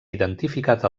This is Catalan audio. identificat